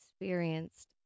experienced